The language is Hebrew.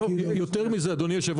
שיוסדרו